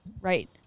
Right